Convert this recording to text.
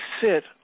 sit